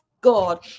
God